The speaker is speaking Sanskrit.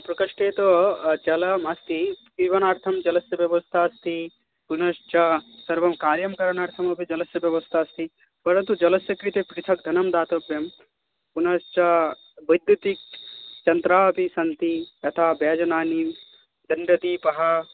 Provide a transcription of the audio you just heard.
प्रकोष्ठे तु जलम् अस्ति पीबनार्थं जलस्य व्यवस्था अस्ति पुनश्च सर्वं कार्यं करणार्थम् अपि जलस्य व्यवस्था अस्ति परन्तु जलस्य कृते पृथग् धनं दातव्यं पुनश्च वैद्युतिकयन्त्राणि अपि सन्ति यथा व्यजनानि दण्डदीपः